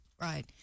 right